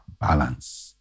balance